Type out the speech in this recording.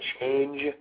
change